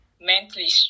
mentally